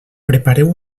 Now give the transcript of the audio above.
prepareu